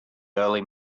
early